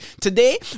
Today